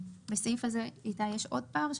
איתי, לסעיף הזה יש עוד פער?